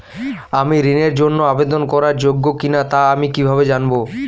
আমি ঋণের জন্য আবেদন করার যোগ্য কিনা তা আমি কীভাবে জানব?